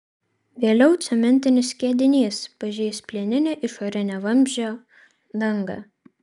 vėliau cementinis skiedinys pažeis plieninę išorinę vamzdžio dangą